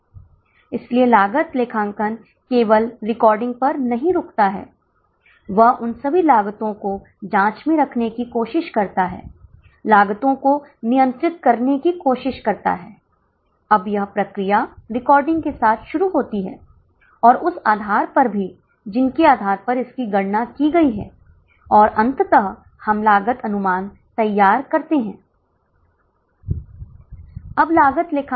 तो प्रति बस लागत एक लागत गणना है जिसे हमने बनाया है जिसमें दो शिक्षकों के लिए शिक्षक भत्ते प्रवेश शुल्क भोजन और अन्य परिवर्तनीय लागत शामिल हैं यह 258 256 है 4700 एक बस का किराया है इसलिए यह प्रति बस 5756 हो जाता है निश्चित लागत 12000 है